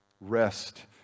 Rest